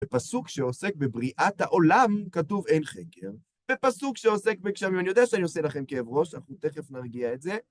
בפסוק שעוסק בבריאת העולם, כתוב אין חקר. בפסוק שעוסק בגשמים, אני יודע שאני עושה לכם כאב ראש, אנחנו תכף נרגיע את זה.